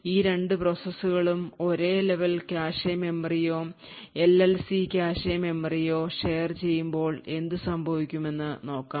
ഈ 2 പ്രോസസ്സുകളും ഒരേ ലെവൽ കാഷെ മെമ്മറിയോ എൽഎൽസി കാഷെ മെമ്മറിയോ share ചെയ്യുമ്പോൾ എന്തുസംഭവിക്കുമെന്ന് നോക്കാം